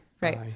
right